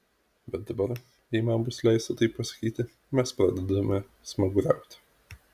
bet dabar jei man bus leista taip pasakyti mes pradedame smaguriauti